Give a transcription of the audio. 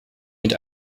mit